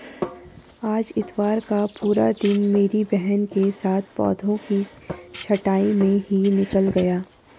आज इतवार का पूरा दिन मेरी बहन के साथ पौधों की छंटाई में ही निकल गया